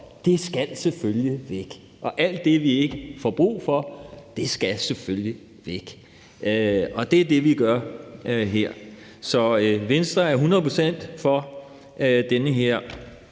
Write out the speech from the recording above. op, skal selvfølgelig væk, og alt det, vi ikke får brug for, skal selvfølgelig væk. Og det er det, vi gør her. Så Venstre er hundrede